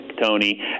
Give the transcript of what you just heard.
Tony